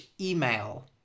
email